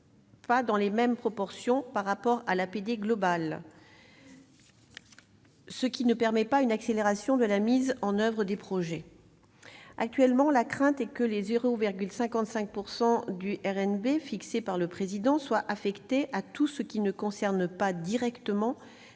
pas dans les mêmes proportions par rapport à l'APD globale, ce qui ne permet pas une accélération de la mise en oeuvre des projets. Actuellement, la crainte est que les 0,55 % du RNB- objectif fixé par le Président de la République -soient affectés à tout ce qui ne concerne pas directement l'aide